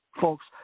Folks